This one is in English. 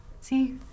See